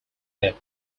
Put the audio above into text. debt